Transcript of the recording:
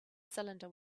cylinder